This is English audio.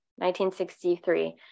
1963